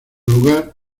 lugar